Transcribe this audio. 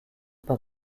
par